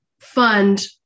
fund